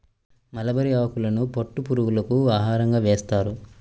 mulberry ఆకులను పట్టు పురుగులకు ఆహారంగా వేస్తారు